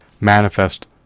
manifest